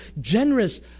generous